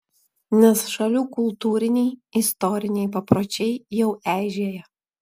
nes šalių kultūriniai istoriniai papročiai jau eižėja